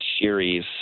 series